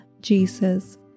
Jesus